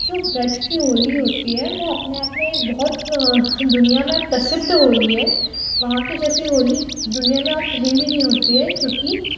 जो ब्रज की होली होती है वो अपने आप में बहुत दुनिया मे प्रसिद्ध होली है वहाँ के जैसी होली दुनिया में और कहीं भी नहीं होती है क्योंकि